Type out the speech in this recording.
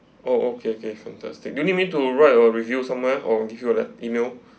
oh okay okay fantastic you need me to write or review somewhere or give you all the email